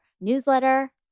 newsletter